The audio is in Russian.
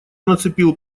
нацепил